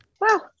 Wow